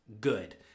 good